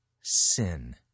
sin